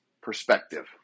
perspective